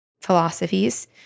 philosophies